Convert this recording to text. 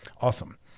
awesome